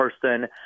person